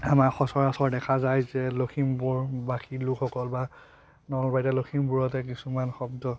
আমাৰ সচৰাচৰ দেখা যায় যে লখিমপুৰবাসী লোকসকল বা নলবেইৰা লখিমপুৰতে কিছুমান শব্দ